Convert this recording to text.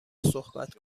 صحبت